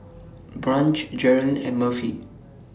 Branch Jerilyn and Murphy